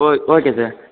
okay okay sir